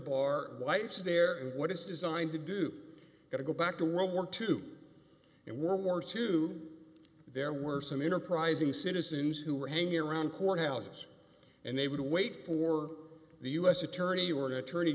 bar whites there what it's designed to do got to go back to world war two and world war two there were some enterprising citizens who were hanging around court houses and they would wait for the u s attorney or the attorney